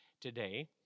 today